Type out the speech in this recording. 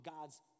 God's